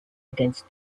against